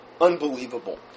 unbelievable